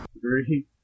Three